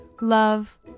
Love